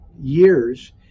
years